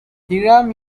hiram